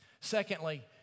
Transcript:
Secondly